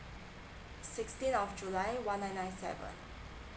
sixteen of july one nine nine seven